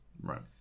Right